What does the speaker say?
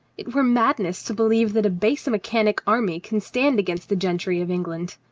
it were madness to believe that a base mechanic army can stand against the gentry of england.